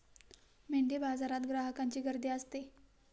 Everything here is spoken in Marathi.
मेंढीबाजारात ग्राहकांची गर्दी असते